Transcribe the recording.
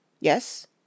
Yes